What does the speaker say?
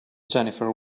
jennifer